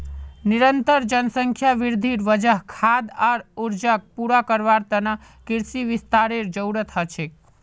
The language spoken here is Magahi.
निरंतर जनसंख्या वृद्धिर वजह खाद्य आर ऊर्जाक पूरा करवार त न कृषि विस्तारेर जरूरत ह छेक